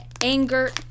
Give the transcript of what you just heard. anger